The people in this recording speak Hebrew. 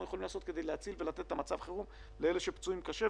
יכולים לעשות כדי להציל ולתת מענה למצב חירום לאלה שפצועים קשה,